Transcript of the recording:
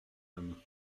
homme